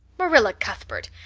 marilla cuthbert,